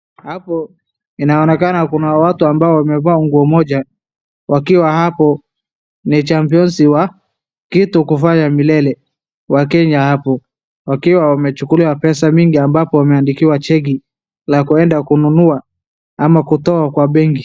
Hapo inaonekana kuna watu ambao wamevaa nguo moja, wakiwa hapo ni champions wa kitu kufanya milele. Wakenya hapo wakiwa wamechukuliwa pesa mingi ambapo wameandikiwa cheki na kuenda kununua ama kutoa kwa kutoa kwa benki .